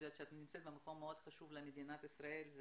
ואני יודעת שאת נמצאת במקום מאוד חשוב למדינת ישראל.